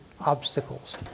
obstacles